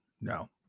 no